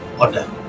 order